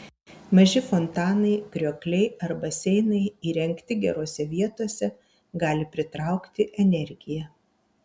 maži fontanai kriokliai ar baseinai įrengti gerose vietose gali pritraukti energiją